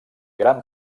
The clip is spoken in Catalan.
gran